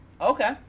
Okay